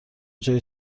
جای